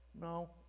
No